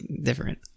different